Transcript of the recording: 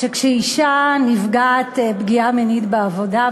כשאישה נפגעת פגיעה מינית בעבודה,